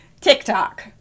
TikTok